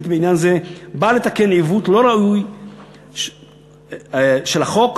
בעניין זה באה לתקן עיוות לא ראוי של החוק.